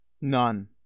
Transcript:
None